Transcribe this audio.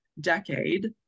decade